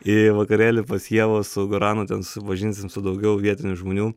į vakarėlį pas ievą su goranu ten susipažinsim su daugiau vietinių žmonių